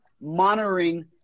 monitoring